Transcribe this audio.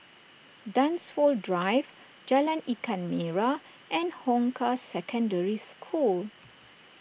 Dunsfold Drive Jalan Ikan Merah and Hong Kah Secondary School